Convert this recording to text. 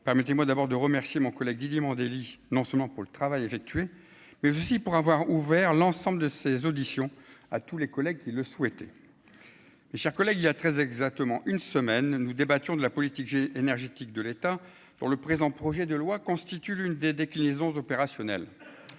permettez-moi d'abord de remercier mon collègue Didier Mandelli, non seulement pour le travail effectué, mais aussi pour avoir ouvert l'ensemble de ces auditions à tous les collègues qui le souhaiter, mes chers collègues, il y a très exactement une semaine nous débattions de la politique, j'ai énergétique de l'État pour le présent projet de loi constitue l'une des déclinaisons opérationnelles